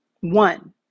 One